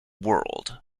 world